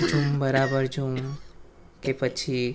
ઝુમ બરાબર ઝુમ કે પછી